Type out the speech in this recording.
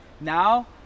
now